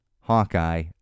Hawkeye